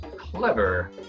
Clever